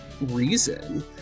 reason